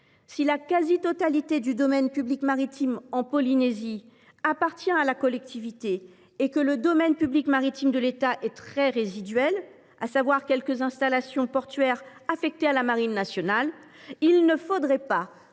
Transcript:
Si la quasi totalité du domaine public maritime en Polynésie appartient à la collectivité et que le domaine public maritime de l’État est très résiduel – quelques installations portuaires affectées à la marine nationale –, il ne faudrait pas